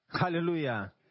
Hallelujah